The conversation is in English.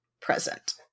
present